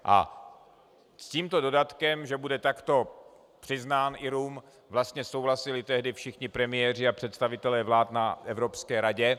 A s tímto dodatkem, že bude takto přiznán Irům, vlastně souhlasili tehdy všichni premiéři a představitelé vlád na Evropské radě.